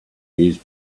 use